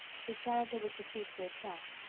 his character was to speak for itself.